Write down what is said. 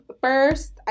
first